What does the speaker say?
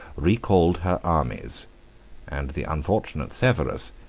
recalled her armies and the unfortunate severus,